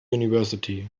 university